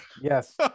Yes